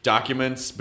Documents